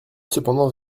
cependant